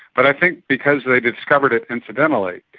but i think because they discovered it incidentally,